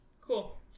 cool